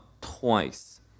twice